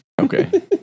Okay